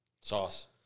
Sauce